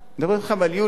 מדברים אתכם על יולי,